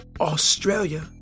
Australia